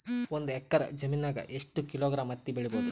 ಒಂದ್ ಎಕ್ಕರ ಜಮೀನಗ ಎಷ್ಟು ಕಿಲೋಗ್ರಾಂ ಹತ್ತಿ ಬೆಳಿ ಬಹುದು?